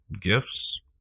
gifts